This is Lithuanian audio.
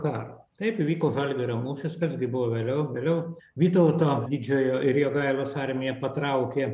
karo taip įvyko žalgirio mūšis kas gi buvo vėliau vėliau vytauto didžiojo ir jogailos armija patraukė